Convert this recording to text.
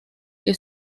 que